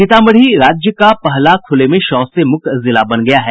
सीतामढ़ी राज्य का पहला खुले में शौच से मुक्त जिला बन गया है